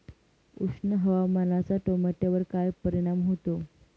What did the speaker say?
उष्ण हवामानाचा टोमॅटोवर काय परिणाम होतो?